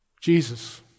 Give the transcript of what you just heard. Jesus